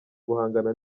guhangana